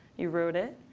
you wrote it.